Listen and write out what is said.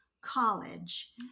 college